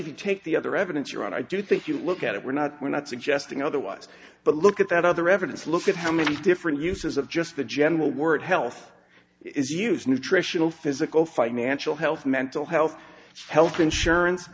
if you take the other evidence around i do think you look at it we're not we're not suggesting otherwise but look at that other evidence look at how many different uses of just the general word health is use nutritional physical financial health mental health health insurance